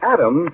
Adam